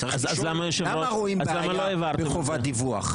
צריך לשאול: למה רואים בעיה בחובת דיווח?